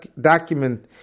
document